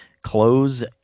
close